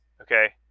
Okay